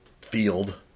field